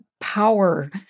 power